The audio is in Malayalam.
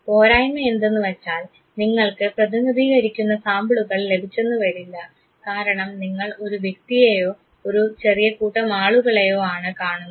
പോരായ്മ എന്തെന്നുവെച്ചാൽ നിങ്ങൾക്ക് പ്രതിനിധീകരിക്കുന്ന സാമ്പിളുകൾ ലഭിച്ചെന്നുവരില്ല കാരണം നിങ്ങൾ ഒരു വ്യക്തിയെയോ ഒരു ചെറിയ കൂട്ടം ആളുകളെയോ ആണ് കാണുന്നത്